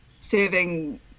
Serving